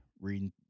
reading